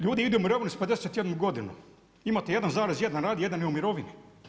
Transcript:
Ljudi idu u mirovinu sa 51 godinu, imate 1,1 radi, jedan je u mirovini.